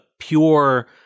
pure